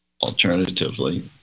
alternatively